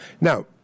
Now